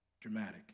dramatic